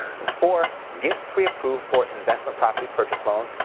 then four, get preapproved for investment property purchase loans,